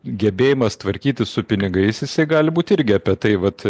gebėjimas tvarkytis su pinigais jisai gali būti irgi apie tai vat